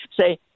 say